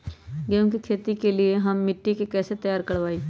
गेंहू की खेती के लिए हम मिट्टी के कैसे तैयार करवाई?